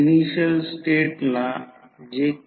जर ते सोडवल्यास I2 20 ampere full load current मिळेल